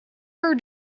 her